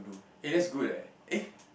eh that's good leh eh